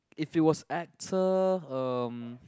if it was actor um